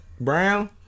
Brown